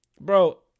Bro